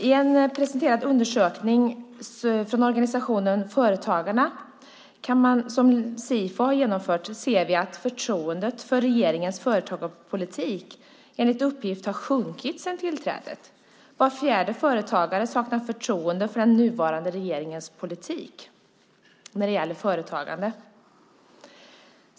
I en presenterad undersökning från organisationen Företagarna som Sifo har genomfört ser vi att förtroendet för regeringens företagarpolitik enligt uppgift har sjunkit sedan tillträdet. Var fjärde företagare saknar förtroende för den nuvarande regeringens politik när det gäller företagande.